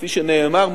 כפי שנאמר,